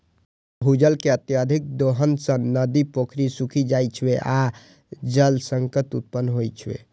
भूजल के अत्यधिक दोहन सं नदी, पोखरि सूखि जाइ छै आ जल संकट उत्पन्न होइ छै